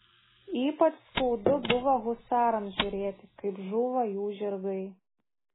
ypač skaudu buvo husarams žiūrėti kaip žūva jų žirgai